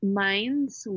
minds